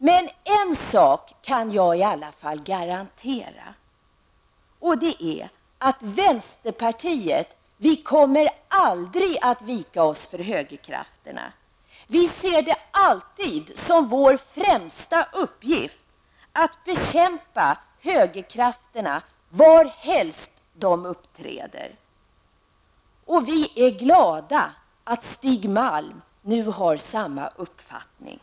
Men en sak kan jag i alla fall garantera: Vänsterpartiet kommer aldrig att vika sig för högerkrafterna. Vi ser det alltid som vår främsta uppgift att bekämpa högerkrafterna varhelst de uppträder, och vi är glada att Stig Malm nu har samma uppfattning.